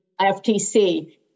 FTC